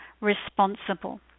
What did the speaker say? responsible